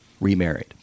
remarried